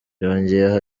yongeyeho